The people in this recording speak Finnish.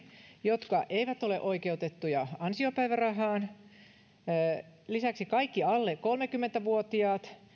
jotka eivät ole oikeutettuja ansiopäivärahaan ja lisäksi kaikki alle kolmekymmentä vuotiaat